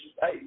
hey